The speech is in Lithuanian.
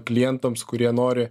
klientams kurie nori